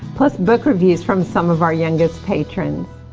plus book reviews from some of our youngest patron